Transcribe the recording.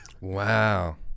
Wow